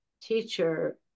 teacher